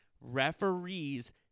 referees